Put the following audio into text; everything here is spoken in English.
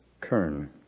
Kern